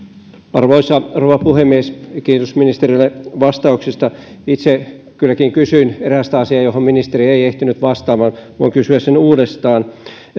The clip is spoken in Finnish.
arvoisa rouva puhemies kiitos ministerille vastauksista itse kylläkin kysyin erästä asiaa johon ministeri ei ehtinyt vastaamaan voin kysyä sen uudestaan